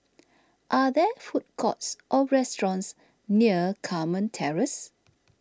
are there food courts or restaurants near Carmen Terrace